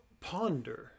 ponder